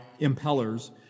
impellers